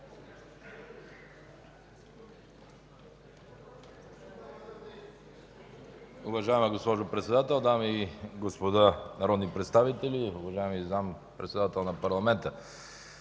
Уважаема госпожо Председател, дами и господа народни представители, уважаеми Заместник-председател на парламента!